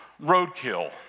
roadkill